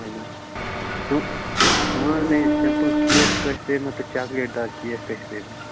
اَہَن حظ ژٕ ژٕ وَن حظ مےٚ یہ سِمپُل کیک کٔہۍ پیٚیہِ مےٚ تہٕ چاکلیٹ دار کیک کٔہۍ پیٚیہِ مےٚ